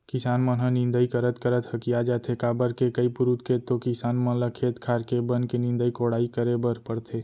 किसान मन ह निंदई करत करत हकिया जाथे काबर के कई पुरूत के तो किसान मन ल खेत खार के बन के निंदई कोड़ई करे बर परथे